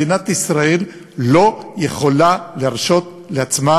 מדינת ישראל לא יכולה להרשות לעצמה